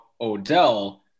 Odell